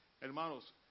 Hermanos